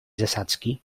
zasadzki